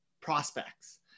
prospects